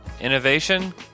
innovation